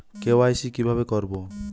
KYC কিভাবে করব?